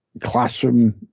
classroom